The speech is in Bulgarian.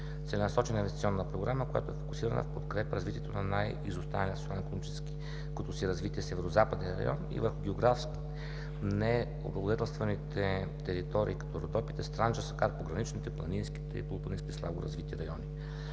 Целенасочена инвестиционна програма, която е фокусирана в подкрепа развитието на най-изостаналия в социално-икономическото си развитие Северозападен район и върху географски необлагодетелствани територии, като Родопите, Странджа-Сакар, пограничните, планинските и полупланинските слабо развити райони,